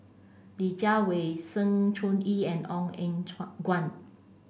Li Jiawei Sng Choon Yee and Ong Eng Guan